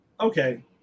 okay